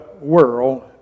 world